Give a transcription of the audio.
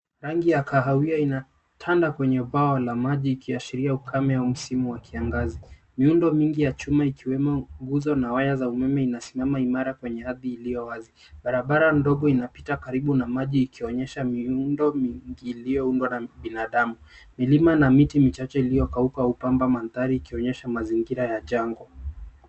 Rangi ya kahawia linatanda kwenye bwawa la maji likiashiria ukame au msimu wa kiangazi. Miundo mingi ya chuma ikiwemo nguzo na waya za umeme inasimama imara kwenye ardhi iliyo wazi. Barabara ndogo inapita karibu na maji ikionyesha miundo mingi iliyoundwa na binadamu. Milima na miti michache iliyokauka hupamba mandhari ikionyesha mazingira ya jango.